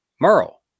Merle